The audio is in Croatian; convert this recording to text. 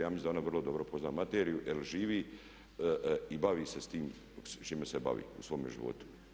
Ja mislim da ona vrlo dobro poznaje materiju jer živi i bavi se sa time s čime se bavi u svome životu.